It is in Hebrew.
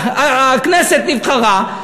הכנסת נבחרה,